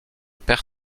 perd